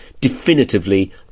definitively